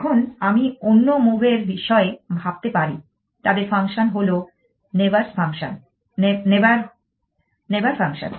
এখন আমি অন্য মুভ এর বিষয়ে ভাবতে পারি তাদের ফাংশন হল নেইবার ফাংশন